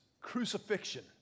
crucifixion